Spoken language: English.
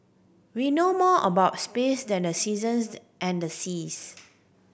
we know more about space than the seasons and the seas